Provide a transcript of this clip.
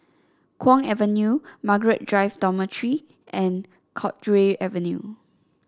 Kwong Avenue Margaret Drive Dormitory and Cowdray Avenue